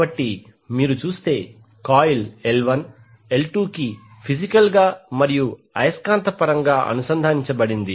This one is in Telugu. కాబట్టి మీరు చూస్తే కాయిల్ L1 L2 కి ఫిజికల్ గా మరియు అయస్కాంతపరంగా అనుసంధానించబడింది